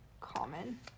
common